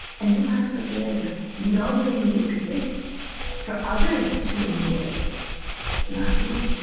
and you have to live knowing it exists for others to enjoy, but not you.